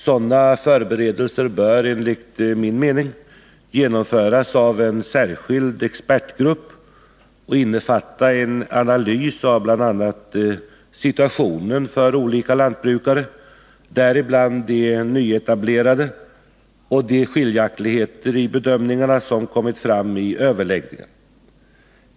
Sådana förberedelser bör enligt min mening genomföras av en särskild expertgrupp och innefatta en analys av bl.a. situationen för olika lantbrukare, däribland de nyetablerade, och de skiljaktigheter i bedömningarna som har kommit fram vid överläggningarna.